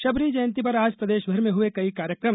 शबरी जयंती पर आज प्रदेश भर में हुए कई कार्यक्रम